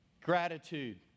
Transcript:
Gratitude